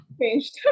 changed